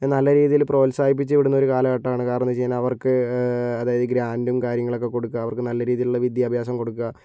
നല്ല രീതീൽ പ്രോത്സാഹിപ്പിച്ച് വിടുന്ന ഒരു കാലഘട്ടമാണ് കാരണം എന്ന് വെച്ച് കഴിഞ്ഞാൽ അവർക്ക് അതായത് ഗ്രാൻ്റും കാര്യങ്ങളൊക്കെ കൊടുക്കുക അവർക്ക് നല്ല രീതിയിലുള്ള വിദ്യാഭ്യാസം കൊടുക്കുക